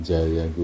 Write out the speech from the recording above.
Jaya